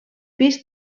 pis